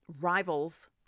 rivals